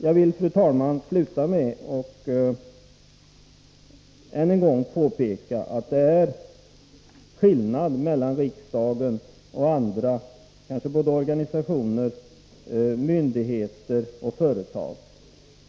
Jag vill, herr talman, sluta med att än en gång påpeka att det är skillnad mellan riksdagen och andra — organisationer, myndigheter och företag.